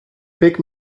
pick